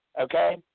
Okay